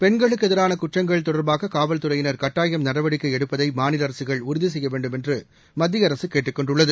பெண்களுக்கு எதிரான குற்றங்கள் தொடர்பாக காவல்துறையினர் கட்டாயம் நடவடிக்கை எடுப்பதை மாநில அரசுகள் உறுதி செய்ய வேண்டும் என்று மத்திய அரசு கேட்டுக் கொண்டுள்ளது